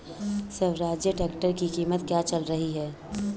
Swaraj tractor की कीमत क्या चल रही है?